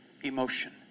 emotion